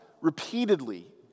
repeatedly